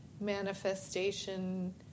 manifestation